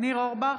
ניר אורבך,